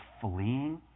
fleeing